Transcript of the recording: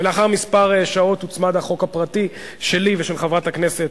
וגם לצוות המקצועי של הייעוץ המשפטי של הכנסת,